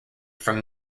from